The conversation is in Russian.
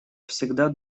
всегда